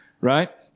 right